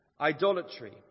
idolatry